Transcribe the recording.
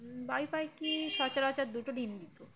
বাবুই পাখি সচরাচার দুটো ডিম দিত